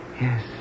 Yes